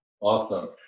Awesome